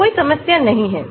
तो कोई समस्या नहीं है